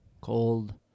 cold